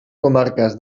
comarques